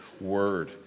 word